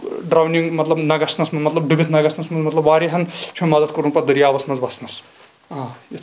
drowning مطلب نہ گژھنَس مطلب ڈُبِتھ نہ گژھنَس منٛز واریاہن چھُ مےٚ مدد کوٚمُت پَتہٕ دریاوس منٛز وَسنَس آ